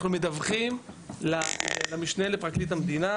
אנחנו מדווחים למשנה לפרקליט המדינה.